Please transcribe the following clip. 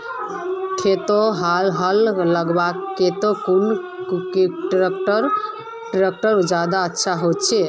खेतोत हाल लगवार केते कुन ट्रैक्टर ज्यादा अच्छा होचए?